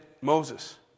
Moses